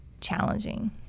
challenging